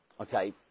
Okay